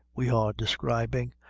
we are describing,